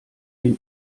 den